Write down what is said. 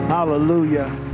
Hallelujah